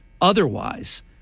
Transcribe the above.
otherwise